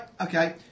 okay